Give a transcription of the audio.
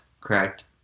correct